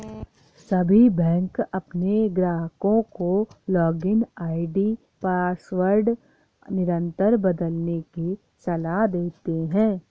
सभी बैंक अपने ग्राहकों को लॉगिन आई.डी पासवर्ड निरंतर बदलने की सलाह देते हैं